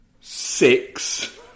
six